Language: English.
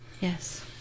yes